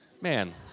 Man